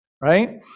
right